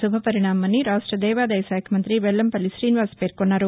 శుభపరిణామమని రాష్ట్ర దేవాదాయ శాఖ మంతి వెల్లంపల్లి తీనివాస్ పేర్కొన్నారు